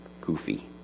goofy